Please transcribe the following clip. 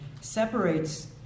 separates